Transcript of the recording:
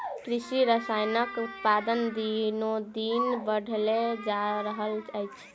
कृषि रसायनक उत्पादन दिनोदिन बढ़ले जा रहल अछि